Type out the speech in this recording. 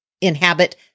inhabit